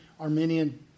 Armenian